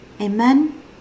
Amen